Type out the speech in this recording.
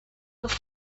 must